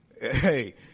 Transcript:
Hey